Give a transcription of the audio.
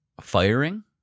firing